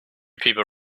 people